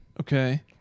Okay